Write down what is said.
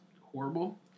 horrible